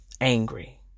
angry